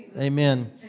Amen